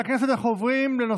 אנחנו עוברים, חברים,